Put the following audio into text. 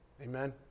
Amen